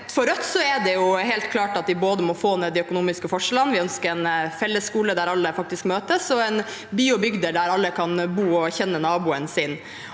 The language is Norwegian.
For Rødt er det helt klart at vi må få ned de økonomiske forskjellene. Vi ønsker en felles skole der alle faktisk møtes, og byer og bygder der alle kan bo og kjenne naboen sin.